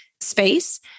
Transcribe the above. space